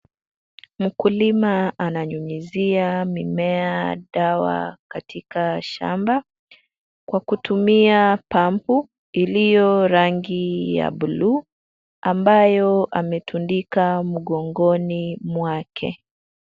Mkulima ananyunyizia mimea dawa katika shamba kwa kutumia pampu iliyo rangi ya buluu ambayo ametundika mgongoni mwake.